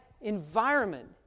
environment